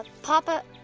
papa?